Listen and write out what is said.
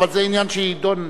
אבל זה עניין שיידון.